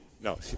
no